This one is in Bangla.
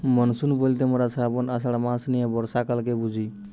মনসুন বইলতে মোরা শ্রাবন, আষাঢ় মাস নিয়ে বর্ষাকালকে বুঝি